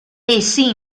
essi